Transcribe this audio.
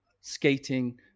skating